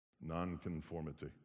Nonconformity